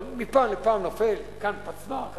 אבל מפעם לפעם נופל כאן פצמ"ר כזה,